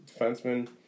defenseman